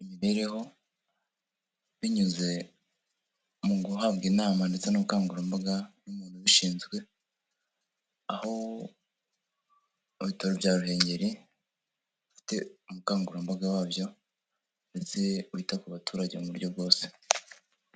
imibereho binyuze mu guhabwa inama ndetse n'ubukangurambaga bubishinzwe, aho bitaro bya Ruhengeri bifite umukangurambaga wabyo ndetse wita ku baturage mu buryo bwose.